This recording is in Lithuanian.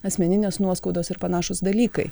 asmeninės nuoskaudos ir panašūs dalykai